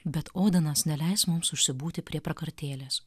bet odenas neleis mums užsibūti prie prakartėlės